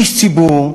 איש ציבור,